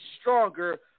stronger